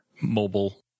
mobile